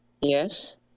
Yes